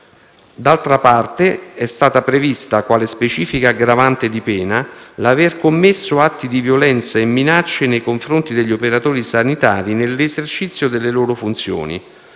Dall'altra parte è stata prevista quale specifica aggravante di pena l'aver commesso atti di violenza e minacce nei confronti degli operatori sanitari nell'esercizio delle loro funzioni: